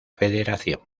federación